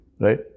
right